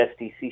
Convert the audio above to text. SDC